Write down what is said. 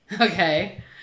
okay